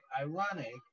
ironic